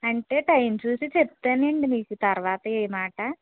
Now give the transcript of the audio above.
అంటే టైం చూసి చెప్తాను అండి మీకు తరువాత ఏ మాట